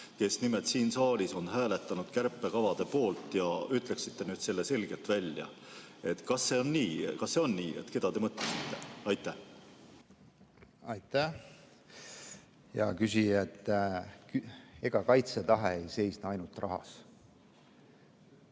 kes nimelt siin saalis on hääletanud kärpekavade poolt, ja ütleksite nüüd selle selgelt välja. Kas see on nii? Keda te mõtlesite? Aitäh, hea küsija! Ega kaitsetahe ei seisne ainult rahas.